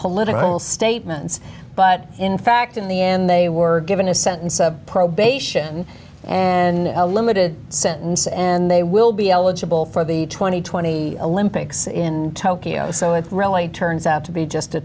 political statements but in fact in the end they were given a sentence of probation and a limited sentence and they will be eligible for the two thousand and twenty olympics in tokyo so it really turns out to be just a